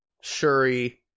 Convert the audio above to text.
Shuri